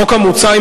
החוק המוצע,